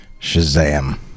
Shazam